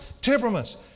temperaments